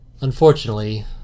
unfortunately